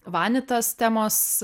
vanitas temos